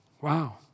Wow